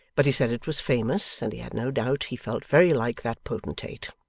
but he said it was famous, and he had no doubt he felt very like that potentate.